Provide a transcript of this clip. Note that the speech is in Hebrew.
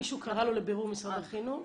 מישהו קרא לו לבירור משרד החינוך?